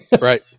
Right